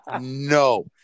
no